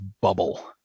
bubble